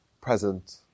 present